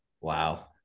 Wow